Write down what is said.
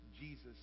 Jesus